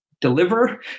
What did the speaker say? deliver